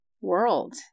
world